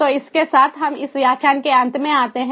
तो इसके साथ हम इस व्याख्यान के अंत में आते हैं